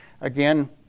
Again